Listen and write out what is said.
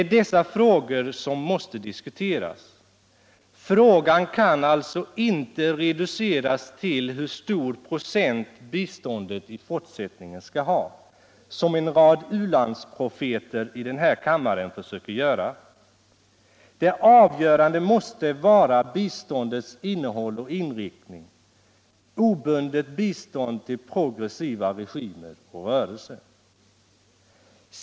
Dessa frågor måste diskuteras. Problemet kan alltså inte reduceras till hur stor procent biståndet i fortsättningen skall uppgå till, som en rad u-landsprofteter i den här kammaren försöker framställa det. Det avgörande måste vara biståndets innehåll och inriktning — ett obundet bistånd till progressiva regimer och rörelser.